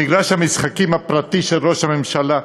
במגרש המשחקים הפרטי של ראש הממשלה,